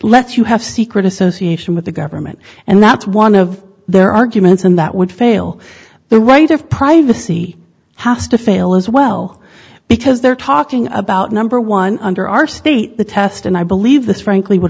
lets you have secret association with the government and that's one of their arguments and that would fail the right of privacy has to fail as well because they're talking about number one under our state the test and i believe this frankly would